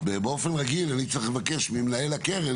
באופן רגיל אני צריך לבקש ממנהל הקרן